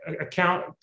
account